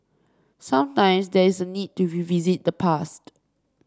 sometimes there is a need to revisit the past